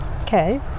Okay